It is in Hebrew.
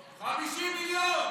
50 מיליון,